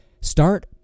start